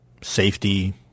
safety